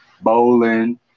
bowling